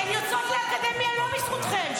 הן יוצאות לאקדמיה לא בזכותכם.